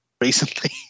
recently